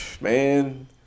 man